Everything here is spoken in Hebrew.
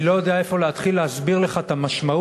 אני לא יודע איפה להתחיל להסביר לך את המשמעות